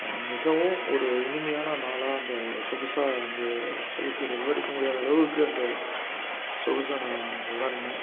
மிகவும் ஒரு இனிமையான நாளாக அந்த சொகுசை வந்து சொகுசு விவரிக்க முடியாத அளவுக்கு அந்த சொகுசை நான் உணர்ந்தேன்